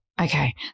Okay